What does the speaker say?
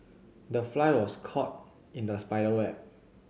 the fly was caught in the spider web